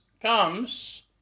comes